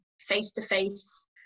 face-to-face